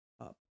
up